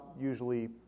usually